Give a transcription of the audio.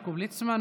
יעקב ליצמן,